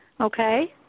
Okay